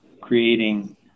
creating